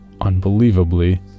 Unbelievably